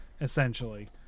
essentially